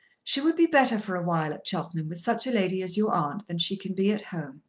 she would be better for awhile at cheltenham with such a lady as your aunt than she can be at home.